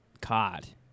caught